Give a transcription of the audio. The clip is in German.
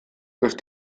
durch